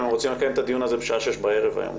הם רוצים לקיים את הדיון הזה בשעה שש בערב היום אולי,